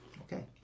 Okay